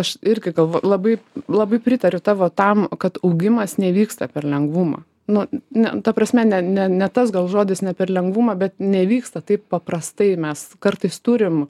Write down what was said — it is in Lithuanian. aš irgi galvoju labai labai pritariu tavo tam kad augimas nevyksta per lengvumą nu ne ta prasme ne ne ne tas gal žodis ne per lengvumą bet nevyksta taip paprastai mes kartais turim